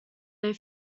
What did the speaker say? their